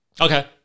Okay